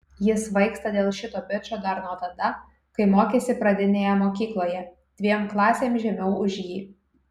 ji svaigsta dėl šito bičo dar nuo tada kai mokėsi pradinėje mokykloje dviem klasėm žemiau už jį